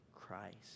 Christ